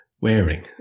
wearing